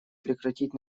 прекратить